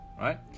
right